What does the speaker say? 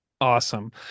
awesome